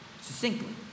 succinctly